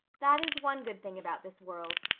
that is one good thing about this world.